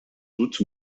doute